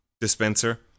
dispenser